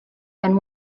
and